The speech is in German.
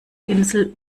insel